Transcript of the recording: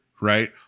right